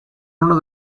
uno